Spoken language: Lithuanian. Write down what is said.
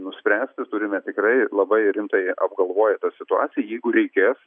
nuspręsti turime tikrai labai rimtai apgalvoję tą situaciją jeigu reikės